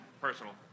personal